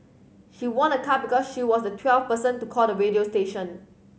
she won a car because she was the twelfth person to call the radio station